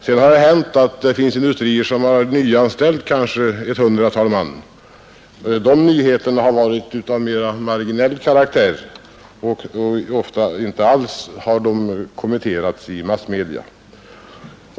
Det har hänt att det samtidigt funnits industrier som nyanställt kanske ett hundratal man, men de nyheterna har haft mera marginell karaktär och ofta inte alls kommenterats i massmedia.